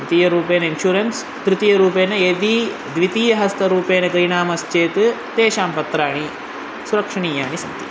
द्वितीयरूपेण insurance तृतीय रूपेण यदि द्वितीय हस्त रूपेण क्रीणामश्चेत् तेषां पत्राणि सुरक्षणीयानि सन्ति